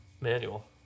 manual